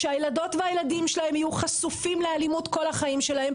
שהילדות והילדים שלהם יהיו חשופים לאלימות כל החיים שלהם,